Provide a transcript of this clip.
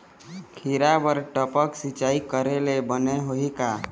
खिरा बर टपक सिचाई करे ले बने होही का?